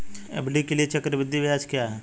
FD के लिए चक्रवृद्धि ब्याज क्या है?